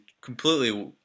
completely